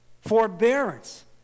forbearance